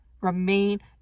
remain